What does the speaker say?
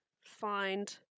find